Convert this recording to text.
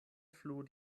floh